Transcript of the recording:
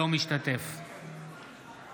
אינו משתתף בהצבעה